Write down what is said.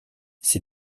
ces